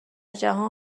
جهان